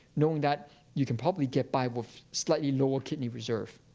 knowing that you can probably get by with slightly lower kidney reserve.